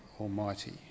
Almighty